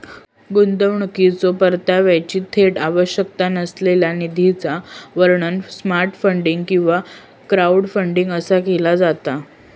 गुंतवणुकीच्यो परताव्याची थेट आवश्यकता नसलेल्या निधीचा वर्णन सॉफ्ट फंडिंग किंवा क्राऊडफंडिंग असा केला जाता